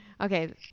okay